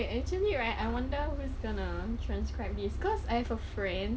actually right I wonder who's gonna transcribe this cause I have a friend